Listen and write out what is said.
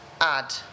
add